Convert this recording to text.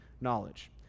knowledge